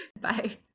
Bye